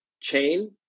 chain